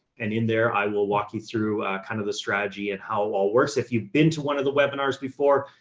and in there, i will walk you through kind of the strategy and how it all works. if you've been to one of the webinars before,